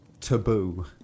taboo